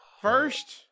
First